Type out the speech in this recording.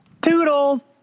Toodles